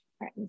right